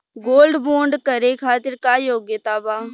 Gold bond करे खातिर का योग्यता बा?